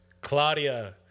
claudia